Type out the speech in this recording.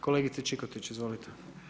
Kolegice Čikotić, izvolite.